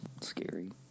Scary